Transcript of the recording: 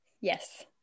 yes